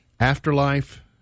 Afterlife